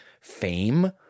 fame